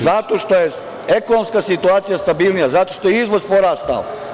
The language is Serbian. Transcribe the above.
Zato što je ekonomska situacija stabilnija, zato što je izvoz porastao.